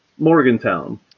morgantown